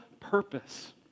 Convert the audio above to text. purpose